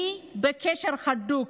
אני בקשר הדוק